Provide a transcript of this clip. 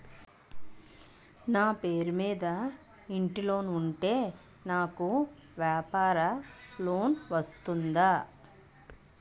నా పేరు మీద ఇంటి లోన్ ఉంటే నాకు వ్యాపార లోన్ వస్తుందా?